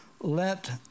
let